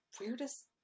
weirdest